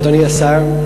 אדוני השר,